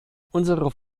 unsere